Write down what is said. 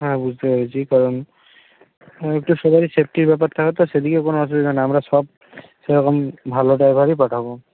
হ্যাঁ বুঝতে পেরেছি কারণ হ্যাঁ একটু সবারই সেফটির ব্যাপার থাকে তো সেদিকে কোনো অসুবিধা না আমরা সব সেরকম ভালো ড্রাইভারই পাঠাব